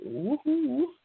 Woohoo